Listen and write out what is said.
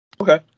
Okay